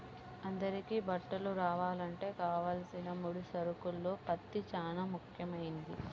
అందరికీ బట్టలు రావాలంటే కావలసిన ముడి సరుకుల్లో పత్తి చానా ముఖ్యమైంది